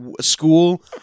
school